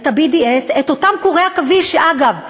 את ה-BDS, את אותם קורי עכביש, שאגב,